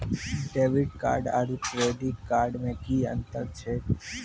Debit card आरू credit card मे कि अन्तर छैक?